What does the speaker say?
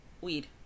weed